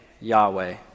Yahweh